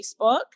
Facebook